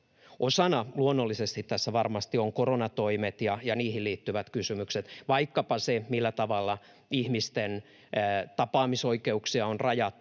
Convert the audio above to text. Osana luonnollisesti tässä varmasti ovat koronatoimet ja niihin liittyvät kysymykset, vaikkapa se, millä tavalla ihmisten tapaamisoikeuksia on rajattu,